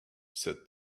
said